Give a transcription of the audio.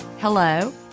hello